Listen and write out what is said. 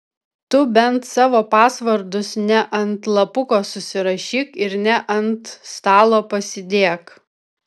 tu bent savo pasvordus ne ant lapuko susirašyk ir ne ant stalo pasidėk